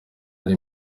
ari